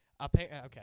okay